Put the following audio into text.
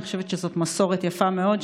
אני חושבת שזאת מסורת יפה מאוד,